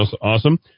Awesome